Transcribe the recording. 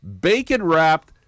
bacon-wrapped